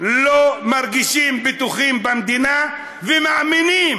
לא מרגישים בטוחים במדינה ומאמינים